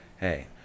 Hey